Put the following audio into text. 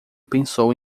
pensou